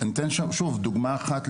אני אתן דוגמא אחת,